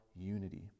unity